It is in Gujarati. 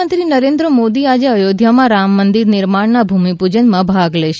પ્રધાનમંત્રી નરેન્દ્ર મોદી આજે અયોધ્યામાં રામ મંદીર નિર્માણના ભૂમિપુજનમાં ભાગ લેશે